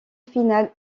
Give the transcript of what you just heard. finales